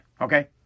Okay